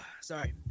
Sorry